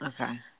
Okay